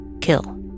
kill